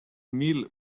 mil